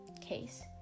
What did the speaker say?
case